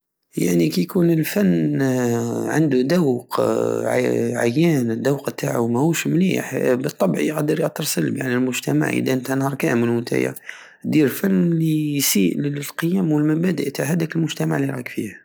يعني كي يكون الفن عند الدوق عيان الدوق تاعو ماهوش مليح بالطبع ياتر سلب على المجتمع ادا نتا نهار كامل ونتا دير الفن السيء للقيم والمبادئ تع هداك المجتمع الي راك فيه